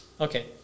Okay